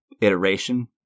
iteration